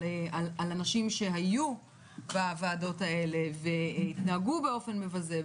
אנשים שהיו בוועדות האלה והתנהגו באופן מבזה,